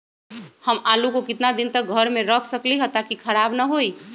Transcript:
हम आलु को कितना दिन तक घर मे रख सकली ह ताकि खराब न होई?